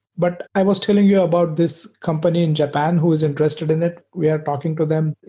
but i was telling you about this company in japan who's interested in it. we are talking to them.